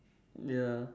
ya